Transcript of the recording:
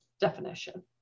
definition